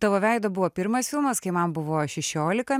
tavo veido buvo pirmas filmas kai man buvo šešiolika